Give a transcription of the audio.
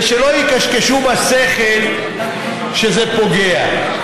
ושלא יקשקשו בשכל שזה פוגע.